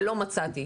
ולא מצאתי.